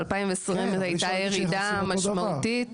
ב-2020 הייתה ירידה משמעותית.